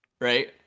right